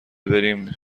بریم